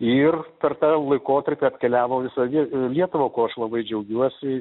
ir per tą laikotarpį apkeliavo visą lietuvą kuo aš labai džiaugiuosi